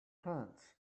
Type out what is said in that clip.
clients